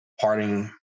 parting